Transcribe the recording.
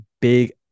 big